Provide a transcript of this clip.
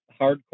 hardcore